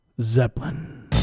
Zeppelin